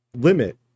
limit